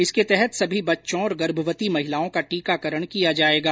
इसके तहत सभी बच्चों और गर्भवती महिलाओं का टीकाकरण किया जाएगा